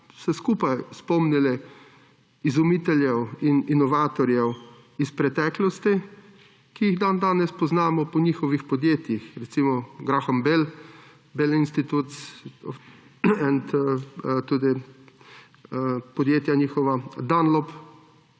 skupaj spomnili izumiteljev in inovatorjev iz preteklosti, ki jih dandanes poznamo po njihovih podjetjih, recimo, Graham Bell, Bell institutes and … Tudi podjetja njihova, Dunlop,